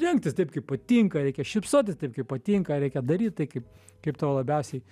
rengtis taip kaip patinka reikia šypsotis taip kaip patinka reikia daryt tai kaip kaip tau labiausiai